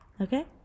Okay